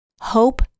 Hope